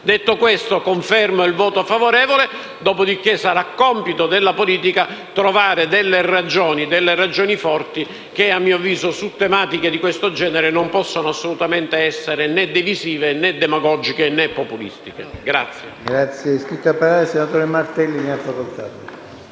Detto questo, confermo il voto favorevole di Area Popolare. Dopodiché sarà compito della politica trovare delle ragioni forti che - a mio avviso - su tematiche di questo genere non possono assolutamente essere né divisive, né demagogiche, né populistiche.